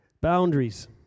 boundaries